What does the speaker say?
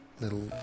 little